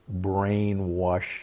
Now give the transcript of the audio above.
brainwash